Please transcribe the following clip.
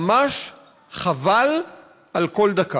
ממש חבל על כל דקה.